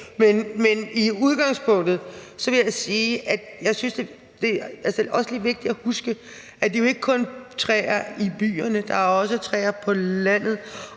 Men i udgangspunktet vil jeg sige, at det også lige er vigtigt at huske, at det jo ikke kun er træer i byerne. Der er også træer på landet,